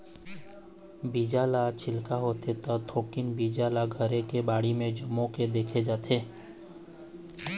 बीजा ल छिचना होथे त थोकिन बीजा ल घरे के बाड़ी म जमो के देखे जाथे